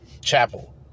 Chapel